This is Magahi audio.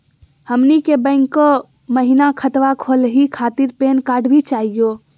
हमनी के बैंको महिना खतवा खोलही खातीर पैन कार्ड भी चाहियो?